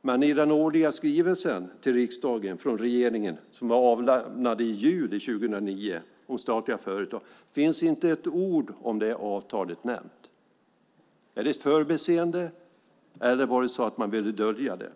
Men i den årliga skrivelsen om statliga företag från regeringen till riksdagen, som avlämnades i juni 2009, finns inte ett ord om det avtalet nämnt. Var det ett förbiseende, eller ville man dölja detta?